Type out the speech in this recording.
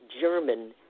German